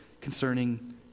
concerning